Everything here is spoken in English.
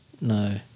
No